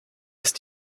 ist